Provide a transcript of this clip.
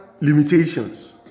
limitations